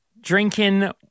drinking